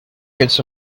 kids